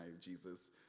Jesus